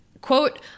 quote